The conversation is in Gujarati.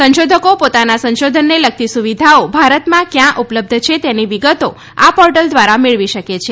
સંશોધકો પોતાના સંશોધનને લગતી સુવિધાઓ ભારતમાં ક્યા ઉપલબ્ધ છે તેની વિગતો આ પોર્ટલ દ્વારા મેળવી શકે છે